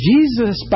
Jesus